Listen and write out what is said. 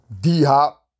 D-Hop